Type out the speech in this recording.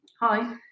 Hi